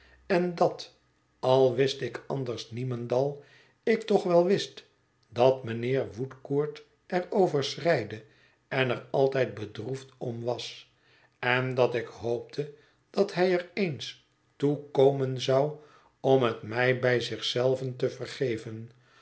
en dat al wist ik anders niemendal ik toch wel wist dat mijnheer woodcourt er over schreide en er altijd bedroefd om was en dat ik hoopte dat hij er eens toe komen zou om het mij bij zich zelven te vergeven